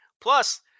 Plus